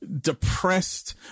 depressed